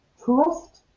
Trust